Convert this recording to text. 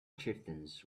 chieftains